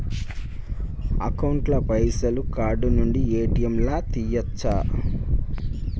Account ల పైసల్ card నుండి ఏ.టి.ఎమ్ లా తియ్యచ్చా?